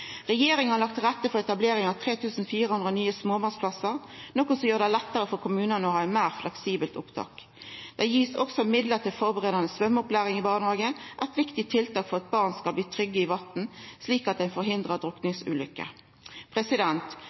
Regjeringa har lagt til rette for etableringa av 3 400 nye småbarnsplassar, noko som gjer det lettare for kommunane å ha eit meir fleksibelt opptak. Det blir også gitt midlar til førebuande symjeopplæring i barnehagen – eit viktig tiltak for at barna skal bli trygge i vatn, slik at ein hindrar drukningsulykker.